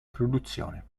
produzione